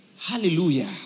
Hallelujah